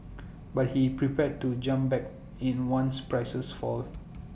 but he's prepared to jump back in once prices fall